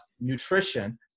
nutrition